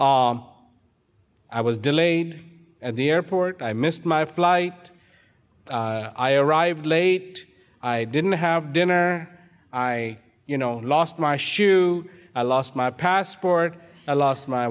today i was delayed at the airport i missed my flight i arrived late i didn't have dinner i you know lost my shoe i lost my passport lost my